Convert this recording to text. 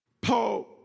Paul